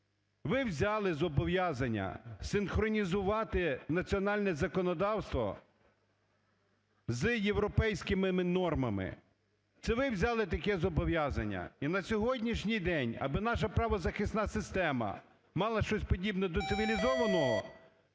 Ви взяли зобов'язання синхронізувати національне законодавство з європейськими нормами. Це ви взяли таке зобов'язання. І на сьогоднішній день, аби наша правозахисна система мала щось подібне до цивілізованого,